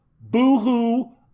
Boo-hoo